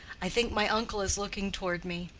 i think my uncle is looking toward me.